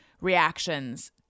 reactions –